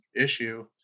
issue